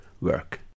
work